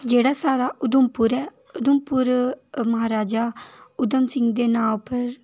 जेह्ड़ा साढ़ा उधमपुर ऐ उधमपुर म्हाराजा उधम सिंह दे नांऽ पर